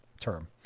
term